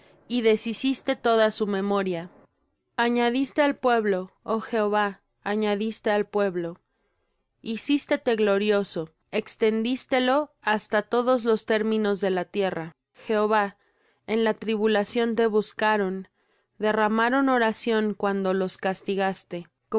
y deshiciste toda su memoria añadiste al pueblo oh jehová añadiste al pueblo hicístete glorioso extendíste lo hasta todos los términos de la tierra jehová en la tribulación te buscaron derramaron oración cuando los castigaste